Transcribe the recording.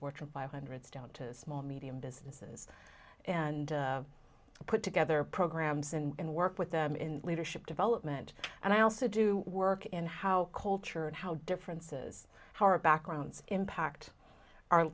fortune five hundred stone to small medium businesses and put together programs and work with them in leadership development and i also do work in how culture and how differences are backgrounds impact